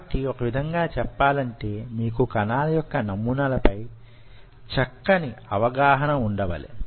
కాబట్టి వొక విధంగా చెప్పాలంటే మీకు కణాలు యొక్క నమూనాల పై చక్కని అవగాహన వుండవలె